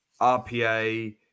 RPA